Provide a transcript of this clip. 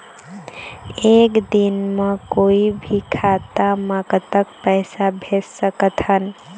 एक दिन म कोई भी खाता मा कतक पैसा भेज सकत हन?